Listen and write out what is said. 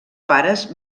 pares